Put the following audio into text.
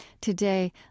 Today